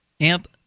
Amp